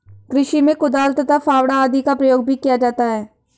कृषि में कुदाल तथा फावड़ा आदि का प्रयोग भी किया जाता है